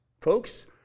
Folks